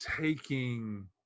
taking